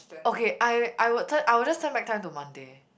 okay I I would turn I would just turn back time to Monday